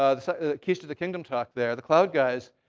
ah the keys to the kingdom talk there, the cloud guys